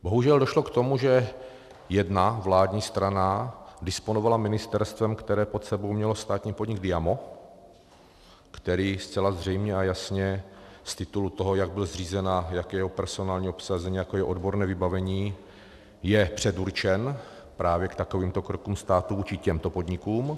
Bohužel došlo k tomu, že jedna vládní strana disponovala ministerstvem, které pod sebou mělo státní podnik DIAMO, který zcela zřejmě a jasně z titulu toho, jak byl zřízen a jaké je jeho personální obsazení, jaké je odborné vybavení, je předurčen právě k takovýmto krokům státu vůči těmto podnikům.